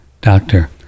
doctor